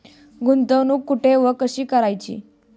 गुंतवणूक कुठे व कशी करायची?